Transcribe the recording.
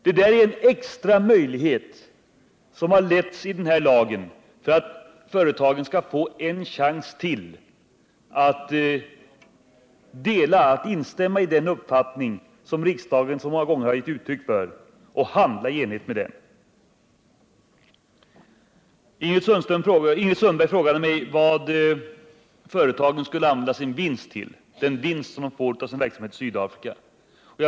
Detta är en extra möjlighet som ges i lagen för att företagen skall få ännu en chans att instämma i den uppfattning som riksdagen så många gånger har gett uttryck för och handla i enlighet med den. Ingrid Sundberg frågade mig hur företagen skulle använda den vinst som de får av sin verksamhet i Sydafrika.